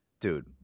Dude